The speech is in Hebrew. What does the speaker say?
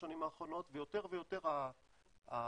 בשנים האחרונות ויותר ויותר מנגנון